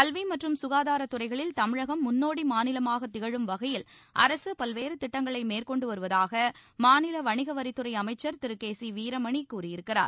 கல்வி மற்றும் சுகாதாரத்துறைகளில் தமிழகம் முன்னோடி மாநிலமாக திகழும் வகையில் அரசு பல்வேறு திட்டங்களை மேற்கொண்டு வருவதாக மாநில வணிகவரித்துறை அமைச்சர் திரு கே சி வீரமணி கூறியிருக்கிறார்